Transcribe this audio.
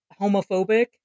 homophobic